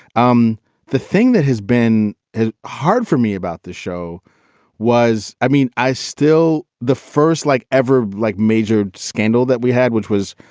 um the thing that has been hard for me about the show was, i mean, i still the first like ever, like major scandal that we had, which was